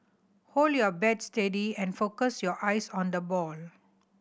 hold your bat steady and focus your eyes on the ball